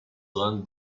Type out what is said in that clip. run